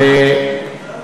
למה?